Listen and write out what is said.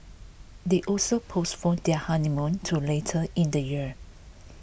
they also postponed their honeymoon to later in the year